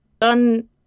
done